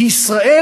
כי ישראל,